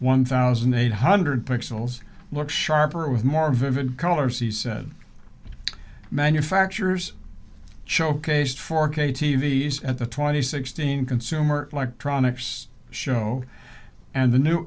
one thousand eight hundred pixels look sharper with more vivid colors he said manufacturers showcased for katie these at the twenty sixteen consumer electronics show and the new